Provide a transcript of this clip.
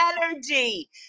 energy